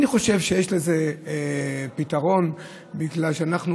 אני חושב שיש לזה פתרון: בגלל שאנחנו